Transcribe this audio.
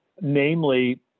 namely